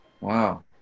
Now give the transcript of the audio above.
Wow